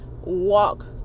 walk